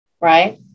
Right